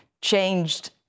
changed